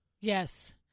Yes